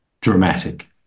dramatic